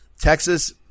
Texas